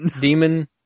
demon